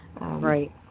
Right